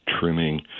trimming